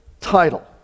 title